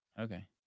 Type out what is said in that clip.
Okay